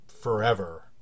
forever